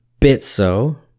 Bitso